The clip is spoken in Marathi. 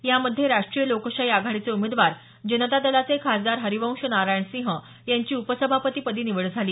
यामध्ये राष्ट्रीय लोकशाही आघाडीचे उमेदवार जनता दलाचे खासदार हरिवंश नारायण सिंह यांची उपसभापतीपदी निवड झाली